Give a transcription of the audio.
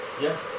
Yes